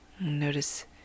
Notice